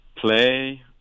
play